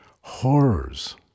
horrors